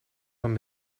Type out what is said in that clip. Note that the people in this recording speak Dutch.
van